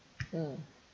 mm